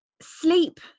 sleep